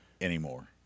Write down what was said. anymore